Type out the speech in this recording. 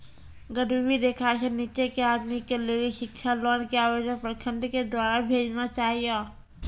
गरीबी रेखा से नीचे के आदमी के लेली शिक्षा लोन के आवेदन प्रखंड के द्वारा भेजना चाहियौ?